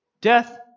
Death